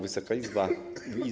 Wysoka Izbo!